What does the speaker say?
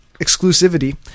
Exclusivity